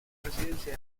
residencia